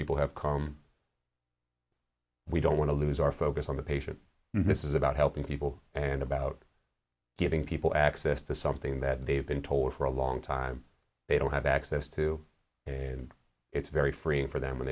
people have come we don't want to lose our focus on the patient and this is about helping people and about giving people access to something that they've been told for a long time they don't have access to and it's very freeing for them when